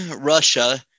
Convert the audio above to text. Russia